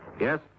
Yes